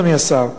אדוני השר.